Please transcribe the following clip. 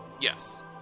Yes